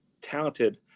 talented